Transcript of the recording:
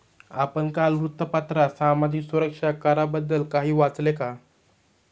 आपण काल वृत्तपत्रात सामाजिक सुरक्षा कराबद्दल काही वाचले का?